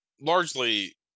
largely